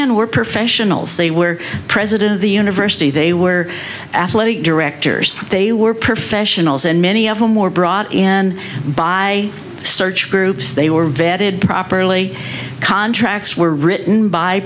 in were professionals they were president of the university they were athletic directors they were professionals and many of them were brought in by search groups they were vetted properly contracts were written by